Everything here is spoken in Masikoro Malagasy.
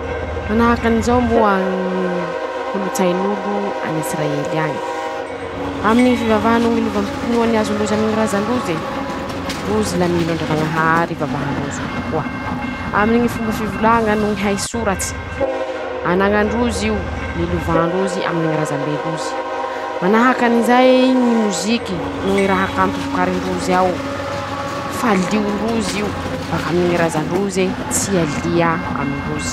Manahaky anizao moa ñ ñy kolotsain'olo an'israely añe: -Aminy ñy fivavaha noho ñy lovam-pinoa niazon-drozy aminy ñy razan-droze, rozy la mino any ndranañahary ivavahan-drozy io tokoa ;aminy ñy fomba fivolaña noho ñy hay soratsy ,anañan-drozy io ,nilovan-drozy aminy ñy razam-ben-drozy ;manahaky anizay ,ñy moziky noho ñy raha kanto vokarin-drozy ao ,fa lion-drozy io ,bakaminy ñy razan-drozy tsy ialia amin-drozy.